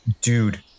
dude